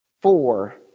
four